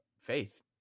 faith